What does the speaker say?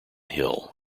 hill